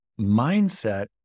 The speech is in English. mindset